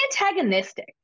antagonistic